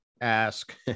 ask